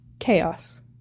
Chaos